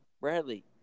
Bradley